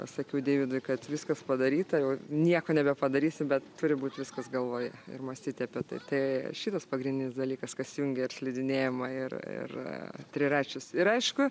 pasakiau deividui kad viskas padaryta jau nieko nebepadarysi bet turi būt viskas galvoj ir mąstyti apie tai tai šitas pagrindinis dalykas kas jungia slidinėjimą ir ir a triračius ir aišku